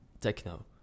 techno